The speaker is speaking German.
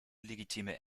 legitime